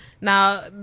Now